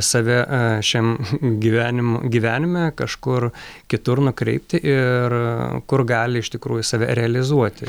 save šiam gyvenimo gyvenime kažkur kitur nukreipti ir kur gali iš tikrųjų save realizuoti